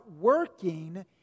working